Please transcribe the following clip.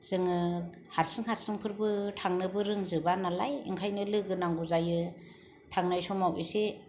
जोङो हारसिं हारसिंफोरबो थांनोबो रोंजोबा नालाय ओंखायनो लोगो नांगौ जायो थांनाय समाव इसे